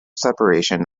separation